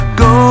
go